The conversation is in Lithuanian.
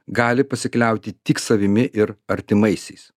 gali pasikliauti tik savimi ir artimaisiais